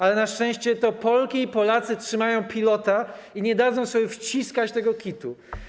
Ale na szczęście to Polki i Polacy trzymają pilota i nie dadzą sobie wciskać tego kitu.